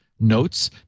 notes